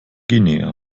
guinea